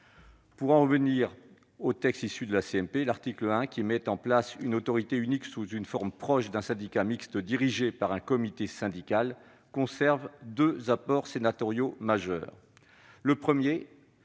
large partie des zones habitées. L'article 1 met en place une autorité unique, sous une forme proche d'un syndicat mixte dirigé par un comité syndical. Il conserve deux apports sénatoriaux majeurs.